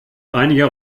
einiger